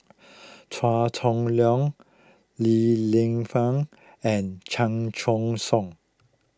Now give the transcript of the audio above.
Chua Chong Long Li Lienfung and Chan Choy Siong